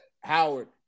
Howard